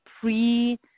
pre